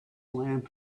lamp